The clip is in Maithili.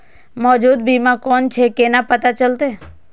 मौजूद बीमा कोन छे केना पता चलते?